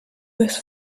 this